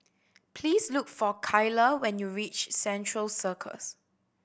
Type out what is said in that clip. please look for Keila when you reach Central Circus